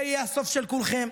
זה יהיה הסוף של כולכם,